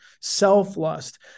self-lust